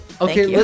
Okay